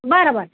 बरं बरं